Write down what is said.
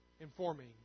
informing